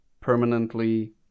permanently